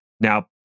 Now